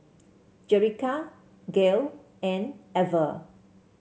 Jerica Gale and Ever